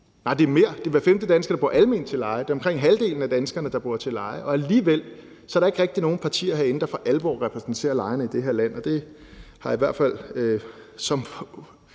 nej, det er mere, det er hver femte dansker, der bor alment til leje. Det er omkring halvdelen af danskerne, der bor til leje, og alligevel er der ikke rigtig nogen partier herinde, der for alvor repræsenterer lejerne i det her land. Og der siger vi i